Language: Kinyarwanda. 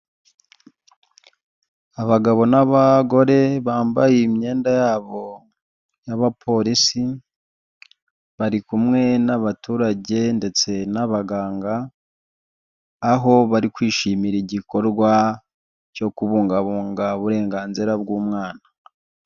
Abagabo n'abagore bambaye imyenda yabo y'abapolisi, bari kumwe n'abaturage ndetse n'abaganga, aho bari kwishimira igikorwa cyo kubungabunga uburenganzira bw'umwana.